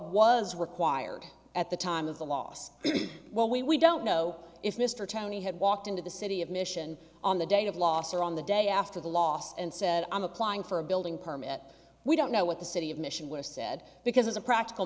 was required at the time of the loss well we don't know if mr tony had walked into the city of mission on the day of loss or on the day after the last and said i'm applying for a building permit we don't know what the city of mission was said because as a practical